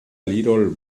little